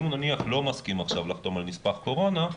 אם נניח הוא לא מסכים עכשיו לחתום על נספח קורונה,